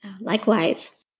Likewise